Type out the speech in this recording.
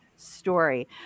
story